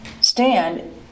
stand